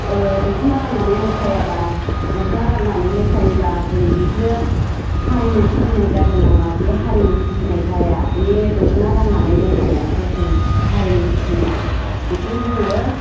दखना गाननानै मोसायाबा गस्ला गाननानै मोसायोबा जों बेफोरो हारिमु सिबिनाय जागोन नामा बे हारिमु सिबिनाय जाया बे दखना गाननानै मोसानायासो जों हारिमु सिबिनाय बेखौ जोङो